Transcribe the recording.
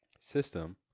system